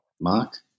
Mark